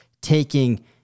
taking